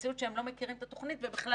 במציאות שהם לא מכירים את התוכנית ובכלל